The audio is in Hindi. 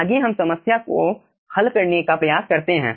आगे हम समस्या को हल करने का प्रयास करते हैं